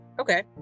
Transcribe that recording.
Okay